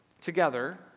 together